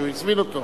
כי הוא הזמין אותו,